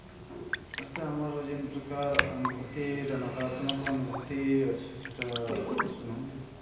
ସେଟା ଆମର୍ ଯେନ୍ ପ୍ରକାର୍ ଅନୁଭୂତିଟା ନକାରାତ୍ମକ ଅନୁଭୂତି ଅଛେ ସେଟା ଶୁଣନ୍